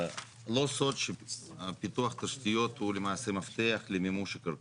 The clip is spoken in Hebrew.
לא סוד שפיתוח תשתיות הוא למעשה מפתח למימוש הקרקעות.